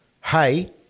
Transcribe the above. hey